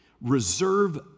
reserve